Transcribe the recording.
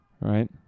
right